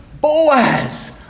Boaz